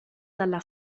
dalla